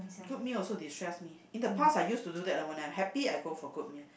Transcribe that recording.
good meal also destress me in the past I used to do that when I happy I go for good meal